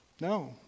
No